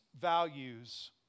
values